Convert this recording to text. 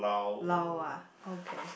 lao ah okay